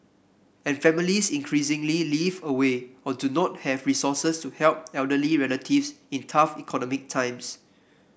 and families increasingly live away or do not have resources to help elderly relatives in tough economic times